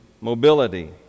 mobility